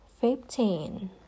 fifteen